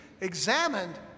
examined